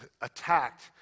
attacked